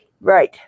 Right